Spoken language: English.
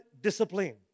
discipline